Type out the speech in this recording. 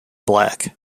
black